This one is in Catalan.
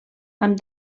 amb